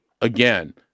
again